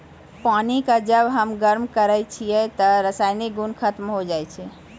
पानी क जब हम गरम करै छियै त रासायनिक गुन खत्म होय जाय छै